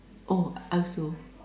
oh I also